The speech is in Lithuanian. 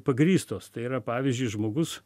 pagrįstos tai yra pavyzdžiui žmogus